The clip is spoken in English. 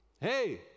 Hey